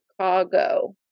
Chicago